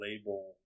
label